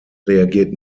reagiert